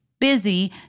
busy